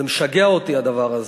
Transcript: זה משגע אותי, הדבר הזה.